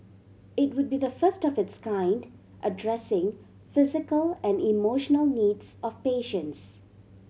it would be the first of its kind addressing physical and emotional needs of patients